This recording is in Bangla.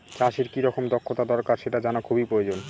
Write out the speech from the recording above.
চাষের কি রকম দক্ষতা দরকার সেটা জানা খুবই প্রয়োজন